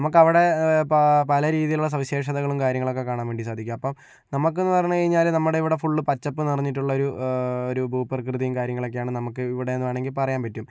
നമുക്ക് അവിടെ ഇപ്പോൾ പ പല രീതിയിലുള്ള സവിശേഷതകളും കാര്യങ്ങളൊക്കെ കാണാൻ വേണ്ടി സാധിക്കും അപ്പം നമുക്ക് എന്ന് പറഞ്ഞു കഴിഞ്ഞാൽ നമ്മുടെ ഇവിടെ ഫുള്ള് പച്ചപ്പ് നിറഞ്ഞിട്ടുള്ള ഒരു ഒരു ഭൂപ്രകൃതി കാര്യങ്ങളൊക്കെയാണ് നമുക്ക് ഇവിടെയെന്ന് വേണമെങ്കിൽ പറയാൻ പറ്റും